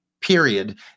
Period